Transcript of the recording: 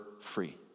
free